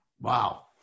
Wow